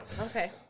Okay